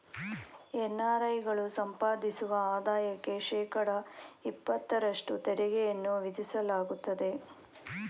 NRI ಗಳು ಸಂಪಾದಿಸುವ ಆದಾಯಕ್ಕೆ ಶೇಕಡ ಇಪತ್ತಷ್ಟು ತೆರಿಗೆಯನ್ನು ವಿಧಿಸಲಾಗುತ್ತದೆ